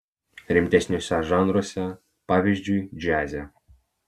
rimtesniuose žanruose pavyzdžiui džiaze